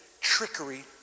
trickery